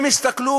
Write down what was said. הם הסתכלו,